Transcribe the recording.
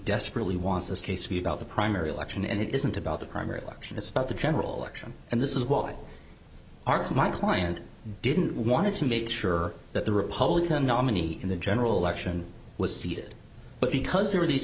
desperately wants this case to be about the primary election and it isn't about the primary election it's about the general election and this is what i argue my client didn't want to make sure that the republican nominee in the general election was seated but because there were these